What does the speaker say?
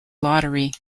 lottery